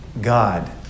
God